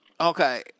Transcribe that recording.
Okay